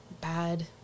bad